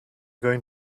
going